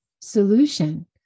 solution